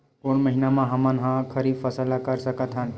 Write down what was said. कोन महिना म हमन ह खरीफ फसल कर सकत हन?